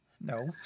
no